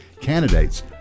candidates